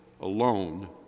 alone